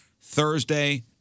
Thursday